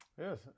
Yes